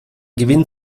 gewinnt